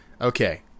okay